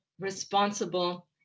responsible